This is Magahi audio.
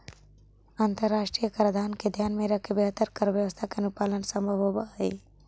अंतरराष्ट्रीय कराधान के ध्यान में रखके बेहतर कर व्यवस्था के अनुपालन संभव होवऽ हई